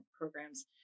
programs